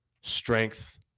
strength